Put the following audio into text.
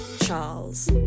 Charles